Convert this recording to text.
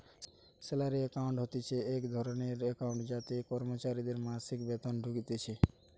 salary account হতিছে এক ধরণের একাউন্ট যাতে কর্মচারীদের মাসিক বেতন ঢুকতিছে